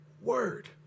word